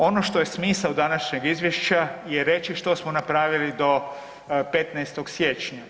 Ono što je smisao današnjeg izvješća je reći što smo napravili do 15. siječnja.